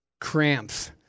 cramps